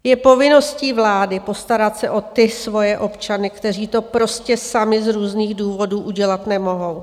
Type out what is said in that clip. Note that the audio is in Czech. Je povinností vlády postarat se o ty svoje občany, kteří to prostě sami z různých důvodů udělat nemohou.